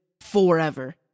forever